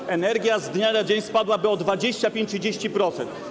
Cena energii z dnia na dzień spadłaby o 25-30%.